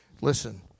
listen